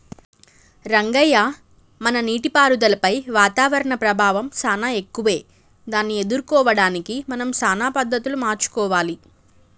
రంగయ్య మన నీటిపారుదలపై వాతావరణం ప్రభావం సానా ఎక్కువే దాన్ని ఎదుర్కోవడానికి మనం సానా పద్ధతులు మార్చుకోవాలి